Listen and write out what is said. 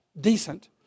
decent